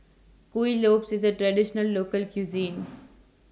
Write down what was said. Kuih Lopes IS A Traditional Local Cuisine